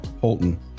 Holton